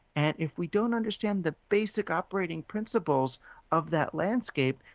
and if we don't understand the basic operating principles of that landscape,